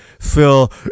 Phil